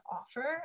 offer